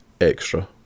extra